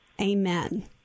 Amen